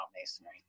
masonry